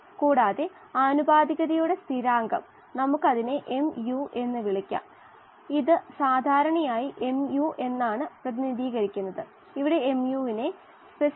film മേഖല ശരിക്കും ഇല്ല അവിടെ അത് ഒരു സാങ്കൽപ്പിക ബിന്ദു ആണ്